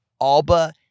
Alba